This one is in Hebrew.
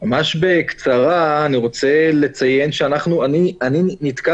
ממש בקצרה אני רוצה לציין שבהתאחדות